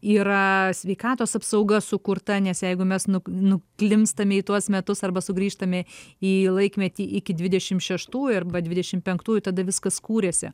yra sveikatos apsauga sukurta nes jeigu mes nu nuklimpstame į tuos metus arba sugrįžtame į laikmetį iki dvidešimt šeštųjų arba dvidešimt penktųjų tada viskas kūrėsi